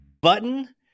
Button